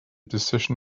decision